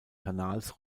kanals